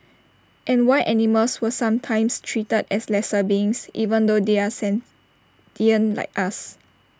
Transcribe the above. and why animals were sometimes treated as lesser beings even though they are sentient like us